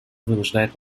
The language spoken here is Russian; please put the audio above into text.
вынуждает